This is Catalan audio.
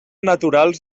naturals